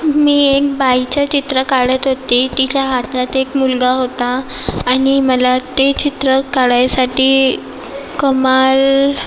मी एक बाईचं चित्र काढत होती तिच्या हातात एक मुलगा होता आणि मला ते चित्र काढायसाठी कमाल